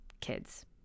kids